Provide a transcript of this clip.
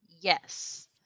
Yes